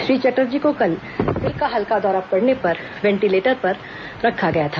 श्री चटर्जी को कल दिल का हल्का दौरा पड़ने पर वेंटीलेटर पर रखा गया था